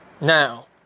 now